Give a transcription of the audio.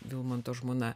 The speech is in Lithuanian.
vilmanto žmona